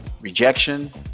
rejection